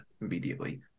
immediately